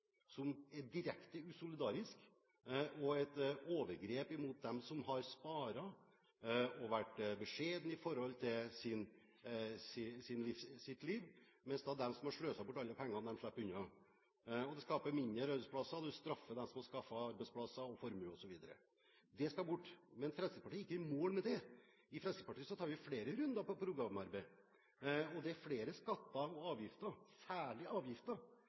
som er direkte usolidarisk og et overgrep mot dem som har spart og vært beskjedne i sitt liv, mens de som har sløst bort alle pengene, slipper unna. Det skaper mindre arbeidsplasser og straffer dem som har skaffet arbeidsplasser og formue osv. Det skal bort. Men Fremskrittspartiet er ikke i mål med det. I Fremskrittspartiet tar vi flere runder på programarbeid. Det er flere skatter og avgifter – særlig avgifter